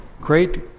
Great